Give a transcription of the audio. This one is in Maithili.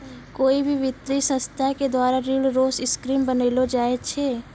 कोय भी वित्तीय संस्था के द्वारा ऋण रो स्कीम बनैलो जाय छै